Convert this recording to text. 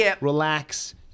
relax